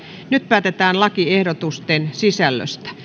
nyt päätetään lakiehdotusten sisällöstä